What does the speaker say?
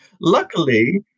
luckily